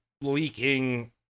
leaking